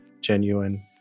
genuine